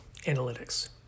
analytics